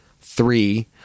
three